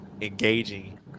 engaging